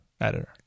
editor